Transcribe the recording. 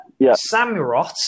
Samurot